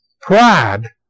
Pride